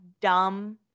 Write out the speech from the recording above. dumb